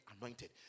anointed